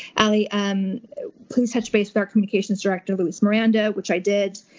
ali, um please touch base with our communications director, louis miranda. which i did.